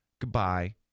Goodbye